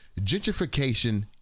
Gentrification